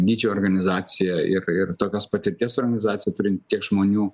dydžio organizacija ir ir tokios patirties organizacija turinti tiek žmonių